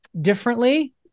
differently